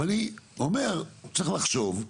אבל אני אומר שצריך לחשוב,